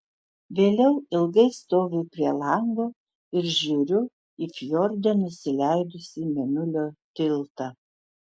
vėliau ilgai stoviu prie lango ir žiūriu į fjorde nusileidusį mėnulio tiltą